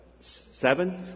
Seven